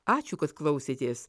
ačiū kad klausėtės